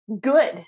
good